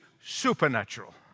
supernatural